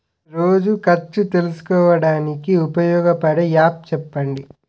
రోజు ఖర్చు తెలుసుకోవడానికి ఉపయోగపడే యాప్ చెప్పండీ?